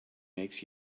makes